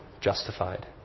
justified